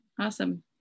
awesome